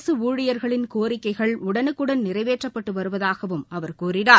அரசு ஊழியர்களின் கோரிக்கைகள் உடனுக்குடன் நிறைவேற்றப்பட்டு வருவதாகவும் அவர் கூறினார்